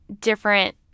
different